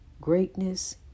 Greatness